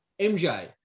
MJ